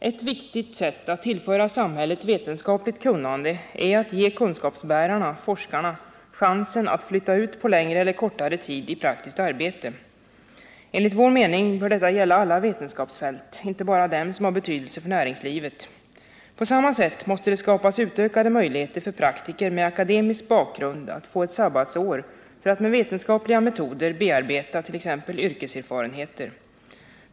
Ett viktigt sätt att tillföra samhället vetenskapligt kunnande är att ge kunskapsbärarna/forskarna chansen att flytta ut på längre eller kortare tid i praktisk arbete. Enligt vår mening bör detta gälla alla vetenskapsfält, inte bara dem som har betydelse för näringslivet. På samma sätt måste det skapas utökade möjligheter för praktiker med akademisk bakgrund att få ett sabbatsår för att med vetenskapliga metoder bearbeta t.ex. yrkeserfarenheter.